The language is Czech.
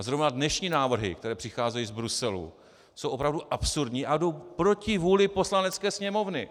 Zrovna dnešní návrhy, které přicházejí z Bruselu, jsou opravdu absurdní a jdou proti vůli Poslanecké sněmovny.